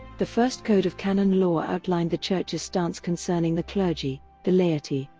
the first code of canon law outlined the church's stance concerning the clergy, the laity,